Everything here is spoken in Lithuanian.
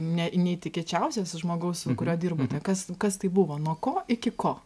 ne neįtikėčiausias žmogaus su kuriuo dirbote kas tai buvo nuo ko iki ko